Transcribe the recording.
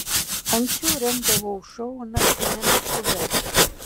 anksčiau rengdavau šou naktiniame klube